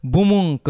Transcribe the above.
Bumung